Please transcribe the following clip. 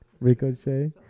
Ricochet